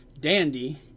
Dandy